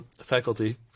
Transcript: faculty